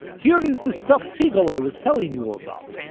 here is the stuffed sea-gull i was telling you about.